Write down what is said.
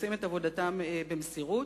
שעושים את עבודתם במסירות,